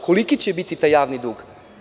Koliki će biti taj javni dug?